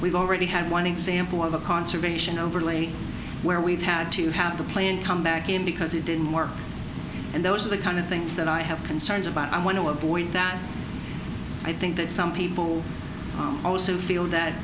we've already had one example of a conservation overlay where we've had to have the plant come back in because it didn't work and those are the kind of things that i have concerns about i want to avoid that i think that some people also feel that